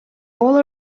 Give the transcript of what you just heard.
all